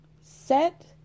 Set